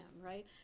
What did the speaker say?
right